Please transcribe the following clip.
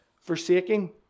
forsaking